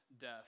death